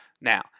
Now